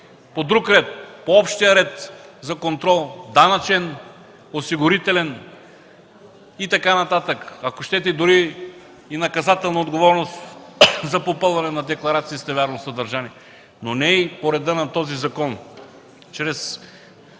по друг ред, по общия ред за контрол – данъчен, осигурителен и така нататък. Ако щете, дори и наказателна отговорност за попълване на декларация с невярно съдържание. Но не и по реда на този закон.